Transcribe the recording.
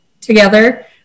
together